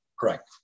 Correct